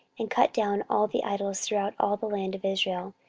and cut down all the idols throughout all the land of israel,